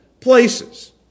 places